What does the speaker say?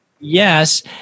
Yes